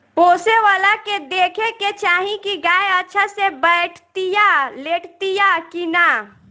पोसेवला के देखे के चाही की गाय अच्छा से बैठतिया, लेटतिया कि ना